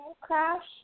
crash